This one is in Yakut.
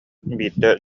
биирдэ